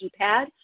keypad